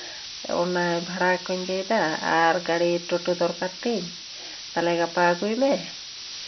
ᱚᱱᱟ ᱵᱷᱟᱲᱟ ᱠᱚᱸᱧ ᱞᱟᱹᱭᱫᱟ ᱟᱨ ᱜᱟᱹᱲᱤ ᱴᱳᱴᱳ ᱫᱚᱨᱠᱟᱨ ᱛᱤᱧ ᱛᱟᱦᱞᱮ ᱜᱟᱯᱟ ᱟᱹᱜᱩᱭ ᱢᱮ